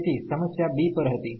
તેથી સમસ્યા b પર હતી